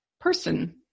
person